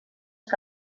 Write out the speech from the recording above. que